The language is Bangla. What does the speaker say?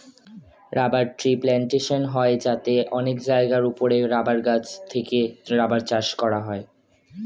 রাবার ট্রি প্ল্যান্টেশন হয় যাতে অনেক জায়গার উপরে রাবার গাছ থেকে রাবার চাষ করা হয়